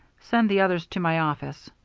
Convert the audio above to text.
send the others to my office.